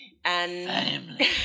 Family